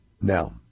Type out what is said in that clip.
Now